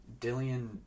Dillian